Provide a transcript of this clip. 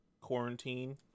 Quarantine